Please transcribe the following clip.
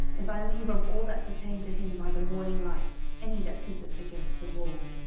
if i leave of all that pertain to him by the morning light any that pisseth against the wall.